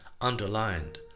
underlined